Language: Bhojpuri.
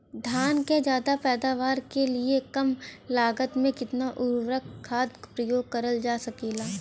धान क ज्यादा पैदावार के लिए कम लागत में कितना उर्वरक खाद प्रयोग करल जा सकेला?